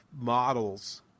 models